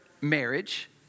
marriage